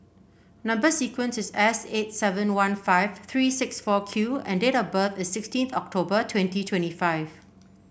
number sequence is S eight seven one five three six four Q and date of birth is sixteen October twenty twenty five